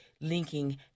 linking